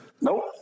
Nope